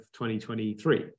2023